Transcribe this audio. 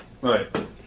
Right